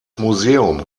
museum